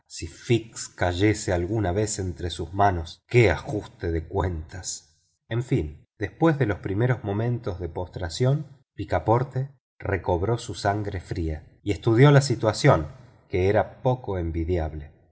cayese alguna vez entre sus manos qué ajuste de cuentas en fin después de los primeros momentos de postración picaporte recobró su sangre fría y estudió la situación que era poco envidiable